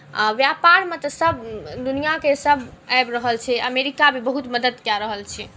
आ व्यापरमे तऽ सभ दुनियाँके सभ आबि रहल छै अमेरिका भी बहुत मदद कए रहल छै